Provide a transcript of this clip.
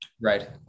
Right